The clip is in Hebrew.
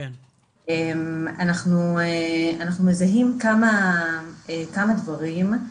אנחנו מזהים כמה דברים.